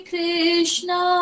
Krishna